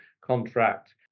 contract